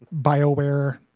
BioWare